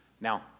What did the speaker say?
Now